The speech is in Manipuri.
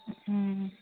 ꯎꯝ